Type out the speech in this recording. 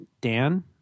Dan